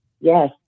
Yes